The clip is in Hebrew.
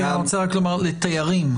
לתיירים.